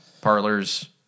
parlors